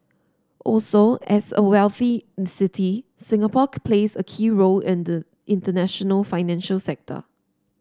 also as a wealthy city Singapore plays a key role in the in the international financial sector